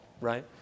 right